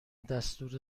دستور